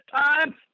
time